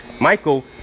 Michael